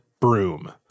broom